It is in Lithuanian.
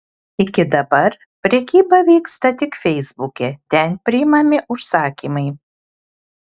iki dabar prekyba vyksta tik feisbuke ten priimami užsakymai